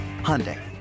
Hyundai